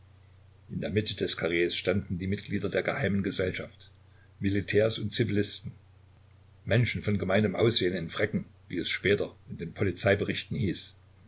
in der mitte des karrees standen die mitglieder der geheimen gesellschaft militärs und zivilisten menschen von gemeinem aussehen in fräcken wie es später in den polizeiberichten hieß